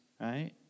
Right